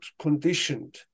conditioned